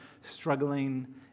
struggling